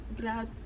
glad